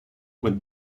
with